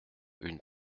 une